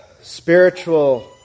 spiritual